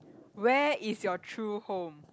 where is your true home